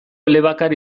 elebakar